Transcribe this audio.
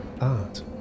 Art